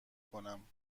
کنم